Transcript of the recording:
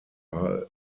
are